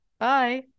Bye